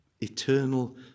eternal